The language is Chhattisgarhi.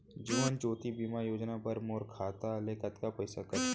जीवन ज्योति बीमा योजना बर मोर खाता ले कतका पइसा कटही?